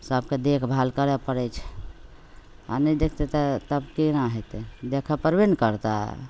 सभके देखभाल करै पड़ै छै आओर नहि देखतै तब कोना हेतै देखै पड़बे ने करतै